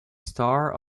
star